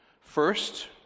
first